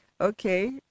Okay